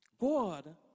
God